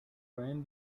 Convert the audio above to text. ran